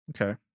Okay